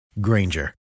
Granger